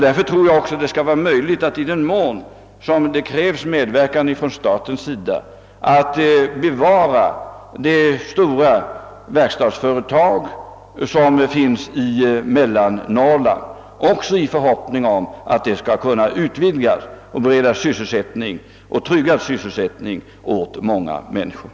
Därför tror jag att det skall vara möjligt, i den mån det krävs medverkan från staten, att bevara det stora verkstadsföretag som finns i Mellannorrland, och jag hoppas även att det skall kunna utvidgas och bereda tryggad sysselsättning åt många människor.